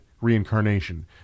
reincarnation